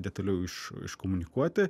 detaliau iš iškomunikuoti